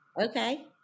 Okay